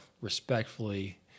respectfully